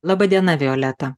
laba diena violeta